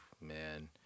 man